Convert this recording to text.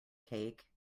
cake